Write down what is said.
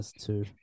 two